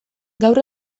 gaur